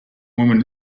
woman